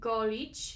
Golić